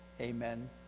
amen